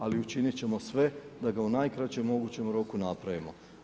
Ali učinit ćemo sve da ga u najkraćem mogućem roku napravimo.